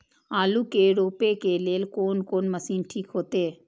आलू के रोपे के लेल कोन कोन मशीन ठीक होते?